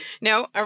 No